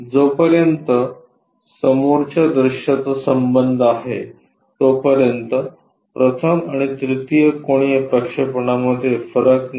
जोपर्यंत समोरच्या दृश्याचा संबंध आहे तोपर्यंत प्रथम आणि तृतीय कोनीय प्रक्षेपणामध्ये फरक नाही